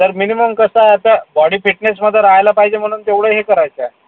sir minimum कसं आता body फिटनेसमध्ये राहायला पाहिजे म्हणून तेवढं हे करायचंय